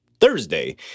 Thursday